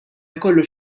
jkollu